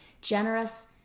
Generous